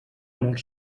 molt